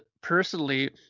personally